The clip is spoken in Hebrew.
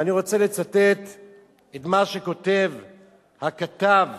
ואני רוצה לצטט את מה שכותב הכתב: